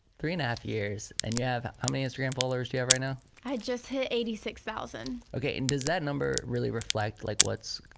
three and a half years and you have, how many instagram followers do yo have right now? i just hit eighty six thousand. okay and does that number really reflect like what's